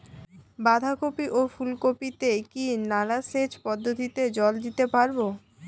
বাধা কপি ও ফুল কপি তে কি নালা সেচ পদ্ধতিতে জল দিতে পারবো?